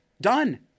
Done